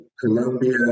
Colombia